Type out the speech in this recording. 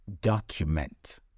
document